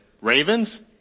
Ravens